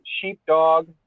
Sheepdog